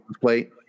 plate